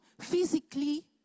physically